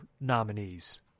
nominees